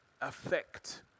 affect